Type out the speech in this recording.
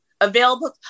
available